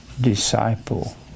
disciple